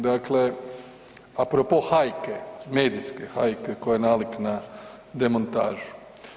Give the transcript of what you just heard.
Dakle, apropo hajke, medijske hajke koja je nalik na demontažu.